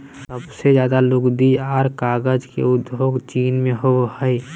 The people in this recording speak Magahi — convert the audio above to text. सबसे ज्यादे लुगदी आर कागज के उद्योग चीन मे होवो हय